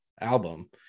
album